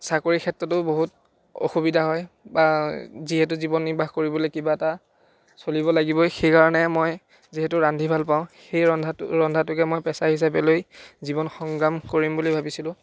চাকৰি ক্ষেত্ৰটো বহুত অসুবিধা হয় বা যিহেতু জীৱন নিৰ্বাহ কৰিবলৈ কিবা এটা চলিব লাগিবই সেইকাৰণে মই যিহেতু ৰান্ধি ভাল পাওঁ সেই ৰন্ধাটো ৰন্ধাটোকে মই পেচা হিচাপে লৈ জীৱন সংগ্ৰাম কৰিম বুলি ভাবিছিলোঁ